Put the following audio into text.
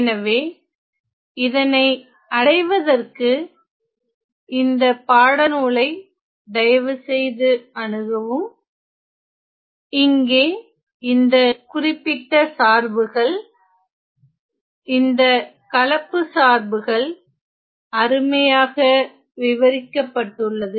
எனவே இதனை அடைவதற்கு இந்த பாடநூலை தயவுசெய்து அணுகவும் இங்கே இந்த குறிப்பிட்ட சார்புகள் இந்த கலப்புச்சார்புகள் அருமையாக விவரிக்கப்பட்டுள்ளது